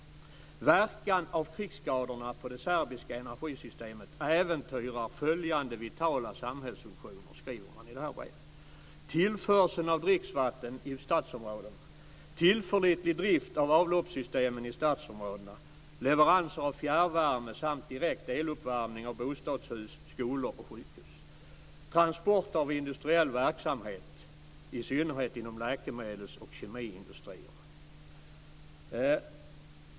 I brevet skrev man att verkan av krigsskadorna på det serbiska energisystemet äventyrar följande vitala samhällsfunktioner: tillförsel av dricksvatten till stadsområden, tillförlitlig drift av avloppssystemen i stadsområden, leveranser av fjärrvärme samt direkt eluppvärmning av bostadshus, skolor och sjukhus, transport av industriell verksamhet, i synnerhet inom läkemedels och kemiindustrin.